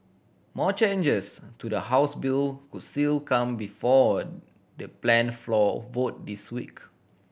more changes to the House bill could still come before the planned floor vote this week